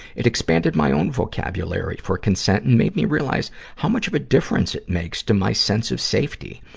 it expanded my own vocabulary for consent and made me realize how much of a difference it makes to my sense of safety.